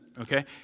Okay